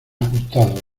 ajustados